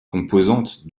composante